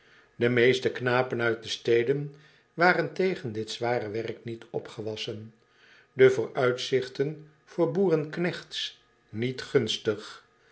de meeste knapen uit de steden waren tegen dit zware werk niet opgewassen de vooruitzigten voor boerenknechts niet gunstig